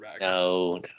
No